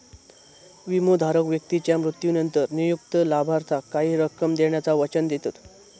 विमोधारक व्यक्तीच्या मृत्यूनंतर नियुक्त लाभार्थाक काही रक्कम देण्याचा वचन देतत